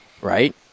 right